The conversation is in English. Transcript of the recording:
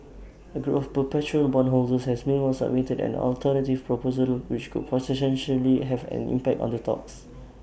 A group of perpetual bondholders has meanwhile submitted an alternative proposal which could potentially have an impact on the talks